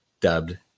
dubbed